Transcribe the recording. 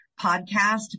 podcast